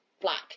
black